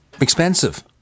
expensive